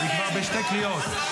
היא כבר בשתי קריאות.